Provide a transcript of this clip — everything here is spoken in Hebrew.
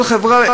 כל חברה,